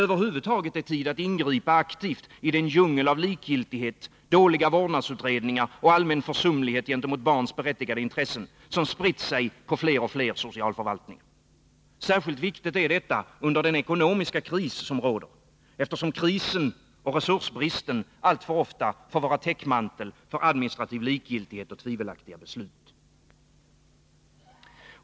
Över huvud taget är det tid att ingripa aktivt i den djungel av likgiltighet, dåliga vårdnadsutredningar och allmän försumlighet gentemot barns berättigade intressen som spritt sig i fler och fler socialförvaltningar. Särskilt viktigt är detta under den ekonomiska kris som råder, eftersom krisen och resursbristen alltför ofta får vara täckmantel för administrativ likgiltighet och tvivelaktiga beslut.